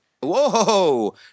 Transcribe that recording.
Whoa